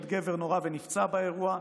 עוד גבר נורה ונפצע באירוע,